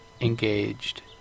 engaged